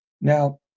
Now